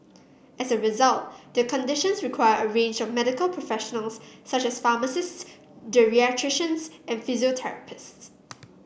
as a result their conditions require a range of medical professionals such as pharmacists geriatricians and physiotherapists